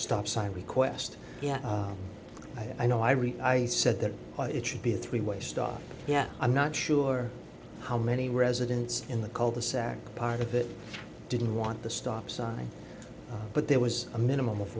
stop sign request yeah i know i read i said that it should be a three way stop yeah i'm not sure how many residents in the cul de sac part of it didn't want the stop sign but there was a minimum of